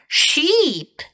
sheep